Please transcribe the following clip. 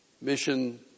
mission